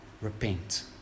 Repent